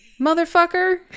Motherfucker